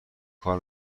کار